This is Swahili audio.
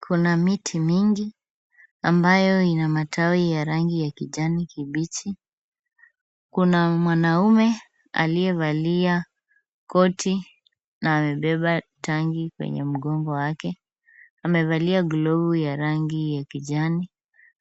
Kuna miti nyingi ambayo ina matawi ya rangi ya kijani kibichi. Kuna mwanamume aliyevalia koti na amebeba tanki kwenye mgongo wake. Amevalia glovu ya rangi ya kijani.